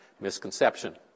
misconception